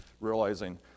realizing